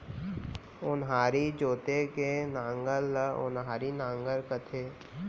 ओन्हारी जोते के नांगर ल ओन्हारी नांगर कथें